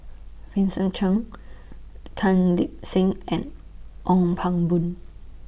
Vincent Cheng Tan Lip Seng and Ong Pang Boon